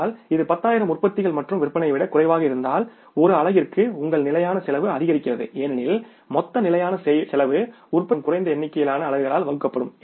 ஆனால் இது 10 ஆயிரம் உற்பத்திகள் மற்றும் விற்பனையை விடக் குறைவாக இருந்தால் ஒரு அலகிற்கு உங்கள் நிலையான செலவு அதிகரிக்கிறது ஏனெனில் மொத்த நிலையான செலவு உற்பத்தி செய்யப்படும் குறைந்த எண்ணிக்கையிலான அலகுகளால் வகுக்கப்படும்